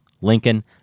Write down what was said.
Lincoln